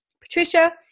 Patricia